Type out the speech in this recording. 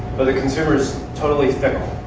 but the consumer is totally fickle.